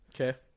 Okay